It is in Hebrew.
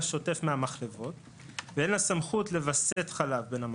שוטף מהמחלבות ואין לה סמכות לווסת חלב בין המחלבות.